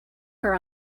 her